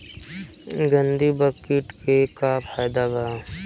गंधी बग कीट के का फायदा बा?